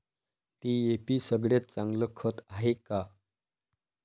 DAP सगळ्यात चांगलं खत हाये का?